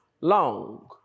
long